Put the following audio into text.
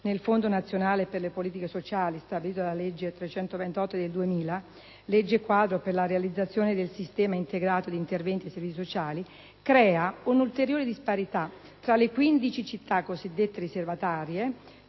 nel Fondo nazionale per le politiche sociali, stabilito dalla legge n. 328 del 2000, (legge quadro per la realizzazione del sistema integrato di interventi e servizi sociali), crea un'ulteriore disparità tra le 15 città cosiddette riservatarie,